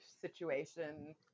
situation